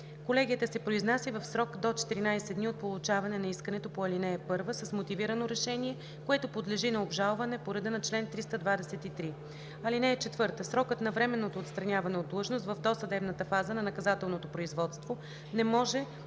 Колегията се произнася в срок до 14 дни от получаване на искането по ал. 1 с мотивирано решение, което подлежи на обжалване по реда на чл. 323. (4) Срокът на временното отстраняване от длъжност в досъдебната фаза на наказателното производство не може